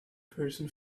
person